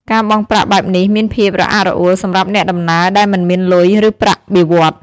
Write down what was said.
ការបង់ប្រាក់បែបនេះមានភាពរអាក់រអួលសម្រាប់អ្នកដំណើរដែលមិនមានលុយ ឬប្រាក់បៀវត្ស។